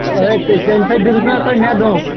ہے تَمہِ سۭتۍ دیُتوٕ نا تۅہہِ مےٚ دھونٛکہٕ